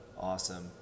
Awesome